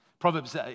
Proverbs